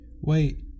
Wait